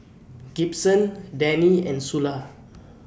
Gibson Dannie and Sula